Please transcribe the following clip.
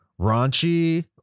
raunchy